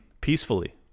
peacefully